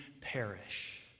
perish